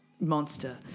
Monster